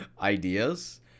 ideas